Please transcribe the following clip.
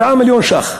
7 מיליון שקל.